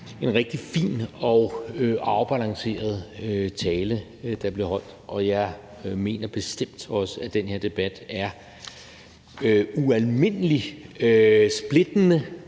en rigtig fin og afbalanceret tale, der blev holdt, og jeg mener bestemt også, at den her debat er ualmindelig splittende